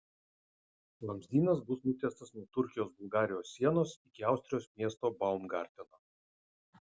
vamzdynas bus nutiestas nuo turkijos bulgarijos sienos iki austrijos miesto baumgarteno